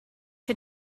you